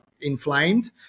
inflamed